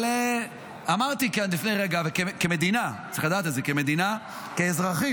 אמרתי כאן לפני רגע: כמדינה, כאזרחים,